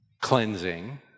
cleansing